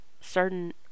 certain